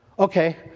Okay